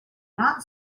not